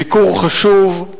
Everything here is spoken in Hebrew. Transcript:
ביקור חשוב.